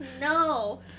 No